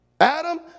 Adam